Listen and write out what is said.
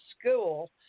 school